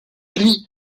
lui